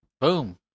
Boom